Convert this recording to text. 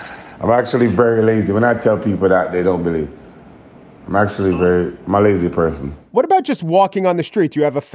i'm actually very lazy when i tell people that they don't believe i'm actually they're my lazy person what about just walking on the street? you have a fight.